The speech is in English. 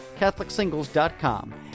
catholicsingles.com